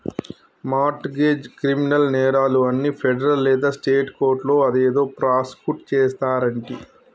mart గెజ్, criminal నేరాలు అన్ని ఫెడరల్ లేదా స్టేట్ కోర్టులో అదేదో ప్రాసుకుట్ చేస్తారంటి